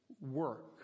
work